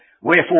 wherefore